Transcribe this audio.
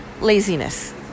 Laziness